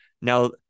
Now